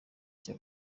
cya